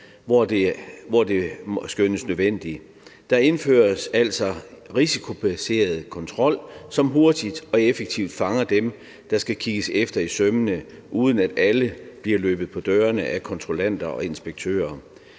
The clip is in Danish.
hvor det skønnes nødvendigt. Der indføres altså risikobaseret kontrol, som hurtigt og effektivt fanger dem, der skal kigges efter i sømmene, uden at alle bliver løbet på dørene af kontrollanter og inspektører.